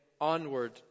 onward